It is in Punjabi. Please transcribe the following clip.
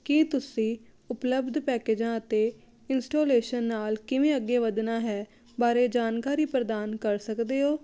ਕੀ ਤੁਸੀਂ ਉਪਲੱਬਧ ਪੈਕੇਜਾਂ ਅਤੇ ਇੰਸਟਾਲੇਸ਼ਨ ਨਾਲ ਕਿਵੇਂ ਅੱਗੇ ਵਧਣਾ ਹੈ ਬਾਰੇ ਜਾਣਕਾਰੀ ਪ੍ਰਦਾਨ ਕਰ ਸਕਦੇ ਹੋ